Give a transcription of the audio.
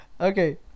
Okay